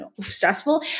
stressful